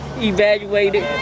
evaluated